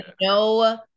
no